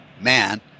man